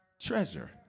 treasure